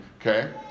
okay